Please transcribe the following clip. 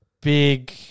big